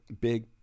big